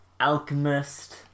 alchemist